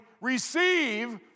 receive